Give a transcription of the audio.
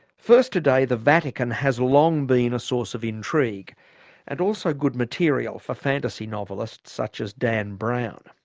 first today the vatican has long been a source of intrigue and also good material for fantasy novelists such as dan brown.